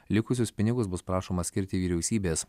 likusius pinigus bus prašoma skirti vyriausybės